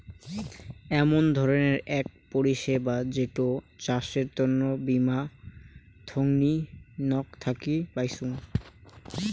এমন ধরণের আক পরিষেবা যেটো চাষের তন্ন বীমা থোঙনি নক থাকি পাইচুঙ